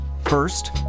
First